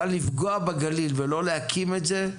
אבל לפגוע בגליל ולא להקים את זה,